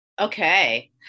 Okay